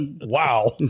Wow